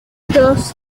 dos